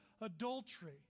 adultery